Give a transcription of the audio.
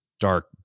dark